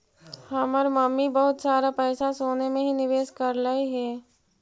हमर मम्मी बहुत सारा पैसा सोने में ही निवेश करलई हे